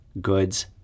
goods